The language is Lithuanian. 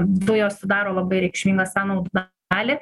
dujos sudaro labai reikšmingą sąnaudų dalį